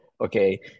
okay